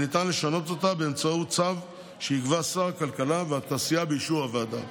שניתן לשנות באמצעות צו שיקבע שר הכלכלה והתעשייה באישור הוועדה.